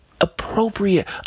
appropriate